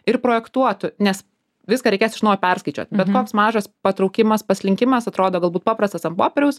ir projektuotų nes viską reikės iš naujo perskaičiuot bet mums mažas patraukimas paslinkimas atrodo galbūt paprastas ant popieriaus